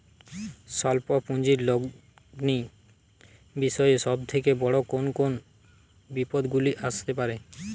স্বল্প পুঁজির লগ্নি বিষয়ে সব থেকে বড় কোন কোন বিপদগুলি আসতে পারে?